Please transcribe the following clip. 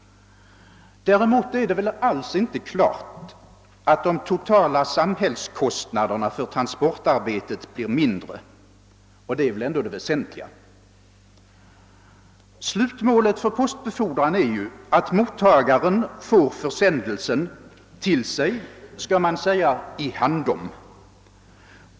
Däremot är det alls inte klart att de totala samhällskostnaderna blir mindre vid en sådan placering av brevlådorna, och detta är väl ändå det väsentliga. Slutmålet för postbefordran är ju att mottagaren får försändelsen till sig — »i handom«.